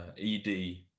ED